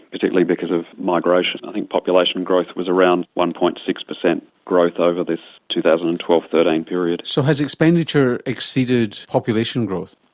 particularly because of migration. i think population growth was around one. six percent growth over this two thousand and twelve thirteen period. so has expenditure exceeded population growth?